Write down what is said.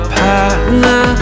partner